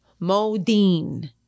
Modine